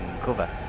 cover